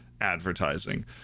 advertising